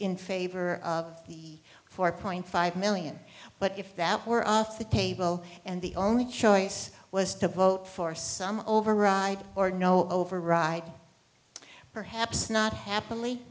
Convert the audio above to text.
in favor of the four point five million but if that were off the table and the only choice was to vote for some override or no override perhaps not happily